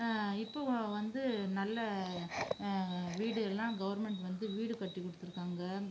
இப்போது வந்து நல்ல வீடுல்லாம் கவர்மெண்ட் வந்து வீடு கட்டி கொடுத்துருக்காங்க